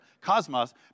cosmos